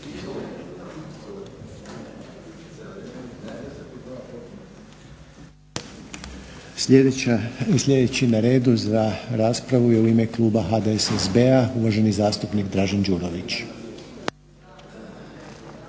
Sljedeći na redu za raspravu u ime kluba HDSSB-a uvaženi zastupnik Dražen Đurović.